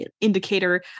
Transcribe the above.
indicator